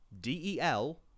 d-e-l